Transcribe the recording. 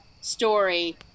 story